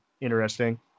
interesting